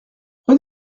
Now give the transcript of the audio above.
rue